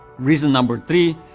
reason number three,